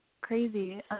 crazy